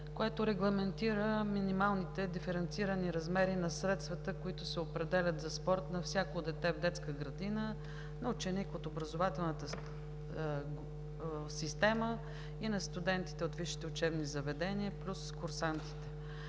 което регламентира минималните диференцирани размери на средствата, които се определят за спорт на всяко дете в детска градина, на ученик от образователната система и на студентите от висшите учебни заведения плюс курсантите.